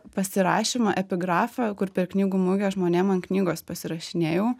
pasirašymą epigrafą kur per knygų mugę žmonėm ant knygos pasirašinėjau